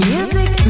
Music